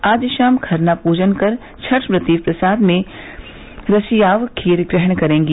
आज शाम खरना पूजन कर छठव्रती प्रसाद में रशियाव खीर ग्रहण करेंगी